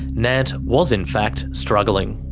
nant was in fact struggling.